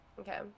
Okay